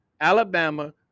Alabama